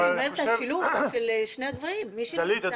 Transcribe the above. אבל יש את השילוב של שני הדברים מי שנמצא